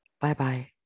Bye-bye